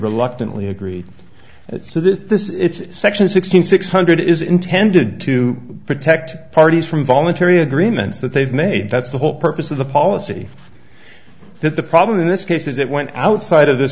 reluctantly agree so that this it's actually sixteen six hundred is intended to protect parties from voluntary agreements that they've made that's the whole purpose of the policy that the problem in this case is it went outside of th